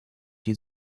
die